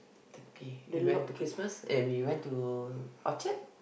turkey we went to Christmas and we went to Orchard